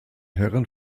herren